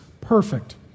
perfect